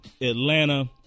Atlanta